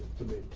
to me.